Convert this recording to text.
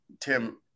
tim